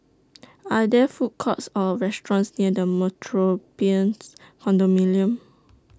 Are There Food Courts Or restaurants near The Metropolitan Condominium